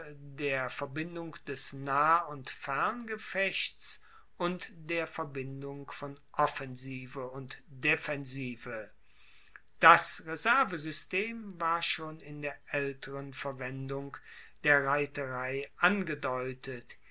der verbindung des nah und ferngefechts und der verbindung von offensive und defensive das reservesystem war schon in der aelteren verwendung der reiterei angedeutet